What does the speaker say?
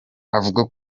avuga